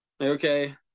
Okay